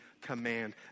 command